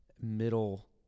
middle